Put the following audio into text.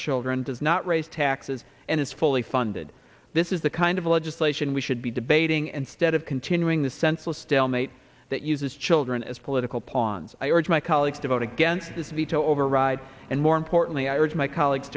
children does not raise taxes and is fully funded this is the kind of legislation we should be debating and stead of continuing the senseless stalemate that uses children as political pawns i urge my colleagues to vote against this veto override and more importantly i urge my colleagues